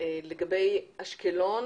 לגבי אשקלון,